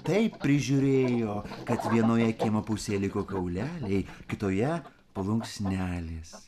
taip prižiūrėjo kad vienoje kiemo pusėje liko kauleliai kitoje plunksnelės